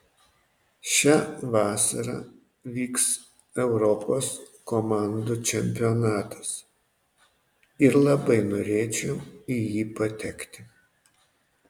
šią vasarą vyks europos komandų čempionatas ir labai norėčiau į jį patekti